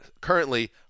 currently